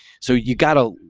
so you got oh,